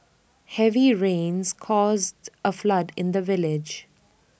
heavy rains caused A flood in the village